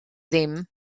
ddim